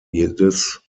jedes